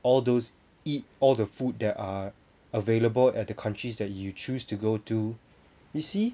all those eat all the food that are available at the countries that you choose to go to you see